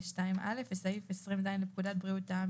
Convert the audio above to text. ו-2(א) וסעיף 20ז לפקודת בריאות העם,